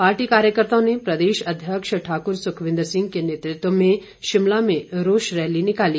party कार्यकर्त्ताओं ने प्रदेश अध्यक्ष ठाकुर सुखविन्द्र सिंह के नेतृत्व में शिमला में रोष रैली निकाली